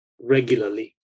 regularly